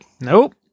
Nope